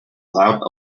loud